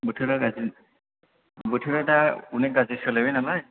बोथोरा गाज्रि बोथोरा दा अनेग गाज्रि सोलायबाय नालाय